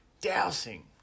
dousing